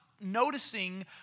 noticing